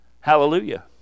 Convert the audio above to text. Hallelujah